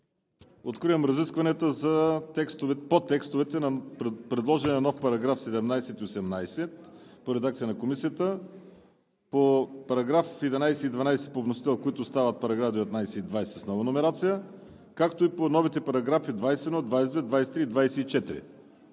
Откривам разискванията по текстовете за предложените нови параграфи 17 и 18 по редакцията на Комисията; по параграфи 11 и 12 по вносител, които стават параграфи 19 и 20 с нова номерация; както и по новите параграфи 21, 22, 23 и 24.